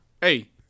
Hey